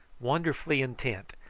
wonderfully intent,